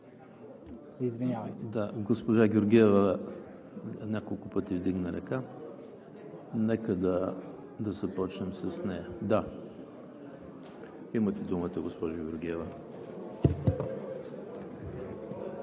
(Реплики.) Госпожа Георгиева няколко пъти вдигна ръка, нека да започнем с нея. Имате думата, госпожо Георгиева.